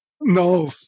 No